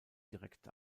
direkt